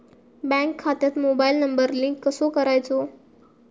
Bank खात्यात mobile number link कसो करायचो?